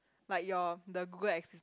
like your the Google assis~